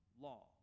law